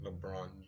LeBron